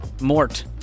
Mort